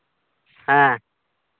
ᱦᱮᱸ